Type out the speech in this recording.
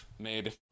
made